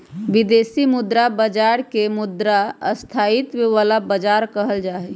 विदेशी मुद्रा बाजार के मुद्रा स्थायित्व वाला बाजार कहल जाहई